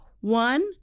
one